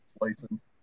license